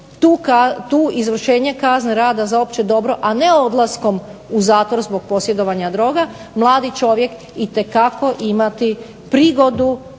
to izvršenje kazne rada za opće dobro, a ne odlaskom u zatvor zbog posjedovanja droga, mladi čovjek itekako imati prigodu